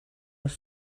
have